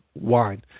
wine